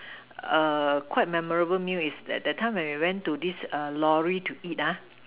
err quite memorable meal is that that time we went to this err lorry to eat ah